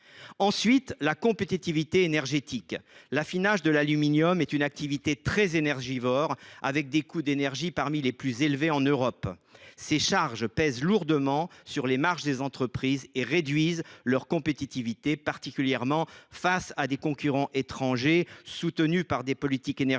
Ensuite, il y a la compétitivité énergétique. L’affinage de l’aluminium est une activité très énergivore, avec des coûts d’énergie parmi les plus élevés en Europe. Ces charges pèsent lourdement sur les marges des entreprises et réduisent leur compétitivité, particulièrement face à des concurrents étrangers soutenus par des politiques énergétiques